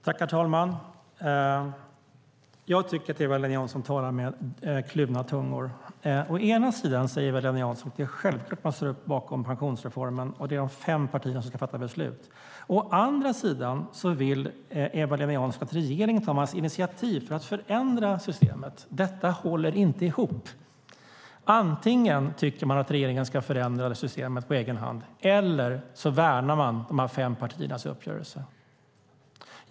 Herr talman! Jag tycker att Eva-Lena Jansson talar med kluven tunga. Å ena sidan säger hon att det är självklart att man står upp bakom pensionsreformen och att det är de fem partierna som ska fatta beslut. Å andra sidan vill Eva-Lena Jansson att regeringen tar initiativ till att förändra systemet. Detta håller inte ihop. Antingen tycker man att regeringen ska förändra systemet på egen hand eller så värnar man de fem partiernas uppgörelse.